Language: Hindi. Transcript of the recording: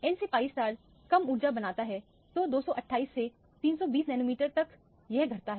n सेpi जी कम ऊर्जा का बनता है तो 280 से 320 नैनोमीटर तक यह घटता है